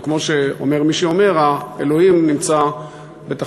או כמו שאומר מי שאומר: אלוהים נמצא בפרטים הקטנים,